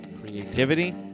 creativity